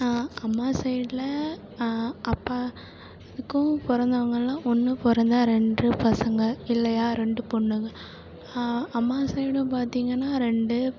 அம்மா சைடில் அப்பா க்கும் பிறந்தவங்கள்லாம் ஒன்று பிறந்தா ரெண்டும் பசங்க இல்லையா ரெண்டும் பெண்ணுங்க அம்மா சைடும் பார்த்தீங்கன்னா ரெண்டு